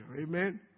amen